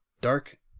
dark